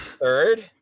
Third